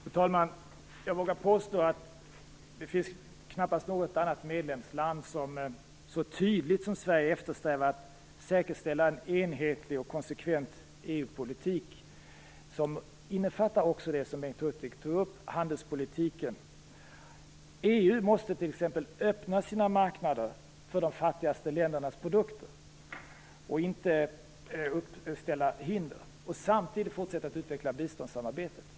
Fru talman! Jag vågar påstå att knappast något annat medlemsland så tydligt som Sverige eftersträvar att säkerställa en enhetlig och konsekvent EU-politik, som också innefattar det som Bengt Hurtig tog upp, nämligen handelspolitiken. EU måste t.ex. öppna sina marknader för de fattigaste ländernas produkter och inte sätta upp hinder. Samtidigt gäller det att fortsätta att utveckla biståndssamarbetet.